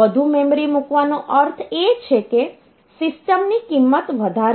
વધુ મેમરી મૂકવાનો અર્થ એ છે કે સિસ્ટમની કિંમત વધારે હશે